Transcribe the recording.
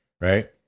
right